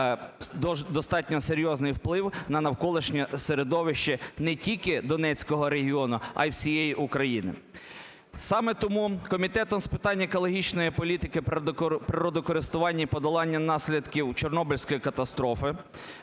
достатньо серйозний вплив на навколишнє середовище не тільки Донецького регіону, а і всієї України. Саме тому Комітетом з питань екологічної політики, природокористування і подолання наслідків Чорнобильської катастрофи